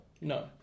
No